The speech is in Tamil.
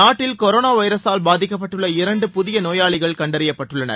நாட்டில் கொரோனா வைரஸால் பாதிக்கப்பட்டுள்ள இரண்டு புதிய நோயாளிகள் கண்டறியப்பட்டுள்ளனர்